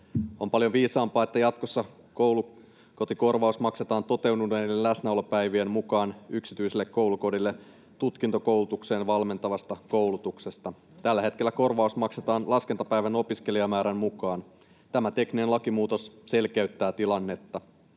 On paljon viisaampaa, että jatkossa koulukotikorvaus maksetaan toteutuneiden läsnäolopäivien mukaan yksityiselle koulukodille tutkintokoulutukseen valmentavasta koulutuksesta. Tällä hetkellä korvaus maksetaan laskentapäivän opiskelijamäärän mukaan. Tämä tekninen lakimuutos selkeyttää tilannetta.